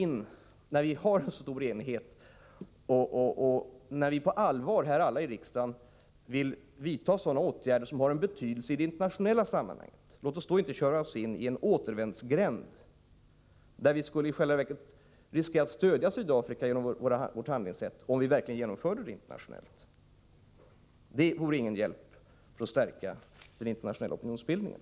När vi har en stor enighet och när alla i riksdagen på allvar vill vidta sådana åtgärder som har betydelse i internationellt sammanhang, låt oss då inte köra in i en återvändsgränd där vi i själva verket, genom vårt handlingssätt, skulle riskera att stödja Sydafrika, om vi verkligen genomför dessa förslag internationellt. Det vore ingen hjälp för att stärka den internationella opinionsbildningen.